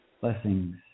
Blessings